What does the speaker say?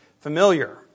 familiar